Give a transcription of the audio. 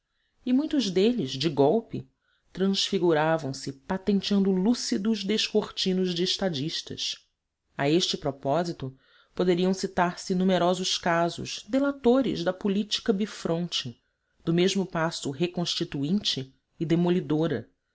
e muitos deles de golpe transfiguravam se patenteando lúcidos descortinos de estadistas a este propósito poderiam citar se numerosos casos delatadores da política bifronte do mesmo passo reconstituinte e demolidora